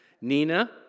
Nina